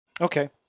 Okay